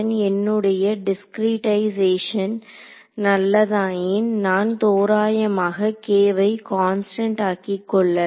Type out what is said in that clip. என்னுடைய டிஸ்கிரிடேஷைஸேஷன் நல்லதாயின் நான் தோராயமாக k வை கான்ஸ்டன்ட் ஆக்கிக் கொள்ளலாம்